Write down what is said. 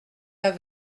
pas